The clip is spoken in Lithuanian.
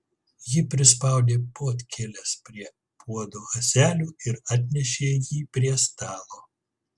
ji prispaudė puodkėles prie puodo ąselių ir atnešė jį prie stalo